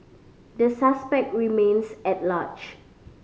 the suspect remains at large